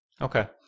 Okay